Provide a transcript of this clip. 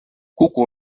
kuku